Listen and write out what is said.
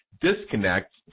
disconnect